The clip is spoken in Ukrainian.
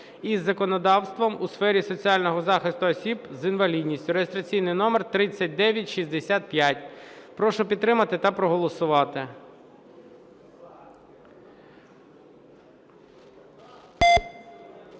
із законодавством у сфері соціального захисту осіб з інвалідністю (реєстраційний номер 3965). Прошу підтримати та проголосувати.